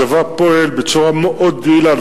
הצבא פועל בצורה מאוד יעילה,